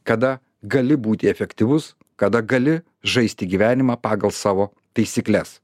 kada gali būti efektyvus kada gali žaisti gyvenimą pagal savo taisykles